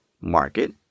market